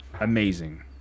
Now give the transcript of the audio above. amazing